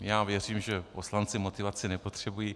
Já věřím, že poslanci motivaci nepotřebují.